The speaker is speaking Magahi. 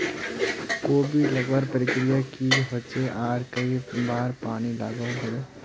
कोबी लगवार प्रक्रिया की की होचे आर कई बार पानी लागोहो होबे?